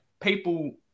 people